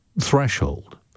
threshold